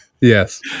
Yes